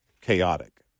chaotic